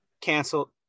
Canceled